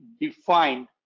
defined